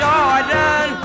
Jordan